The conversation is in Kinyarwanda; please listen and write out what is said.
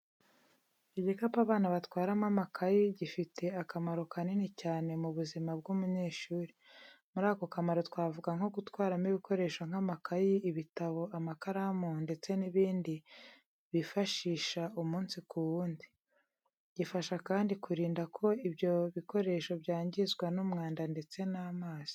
Igikapu abana batwaramo amakayi gifite akamaro kanini cyane mu buzima bw’umunyeshuri. Muri ako kamaro twavuga nko gutwaramo ibikoresho nk'amakayi, ibitabo, amakaramu ndetse n'ibindi bifashisha umunsi ku wundi. Gifasha kandi kurinda ko ibyo ibikoresho byangizwa n'umwanda ndetse n'amazi.